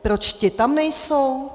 Proč ti tam nejsou?